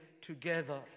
together